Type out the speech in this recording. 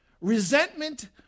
Resentment